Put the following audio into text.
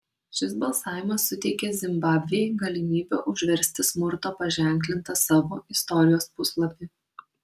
šis balsavimas suteikė zimbabvei galimybę užversti smurto paženklintą savo istorijos puslapį